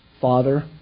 Father